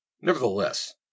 Nevertheless